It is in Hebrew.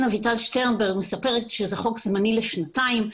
אביטל שטרנברג מספרת שזה חוק זמני לשנתיים,